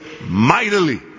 mightily